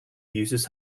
users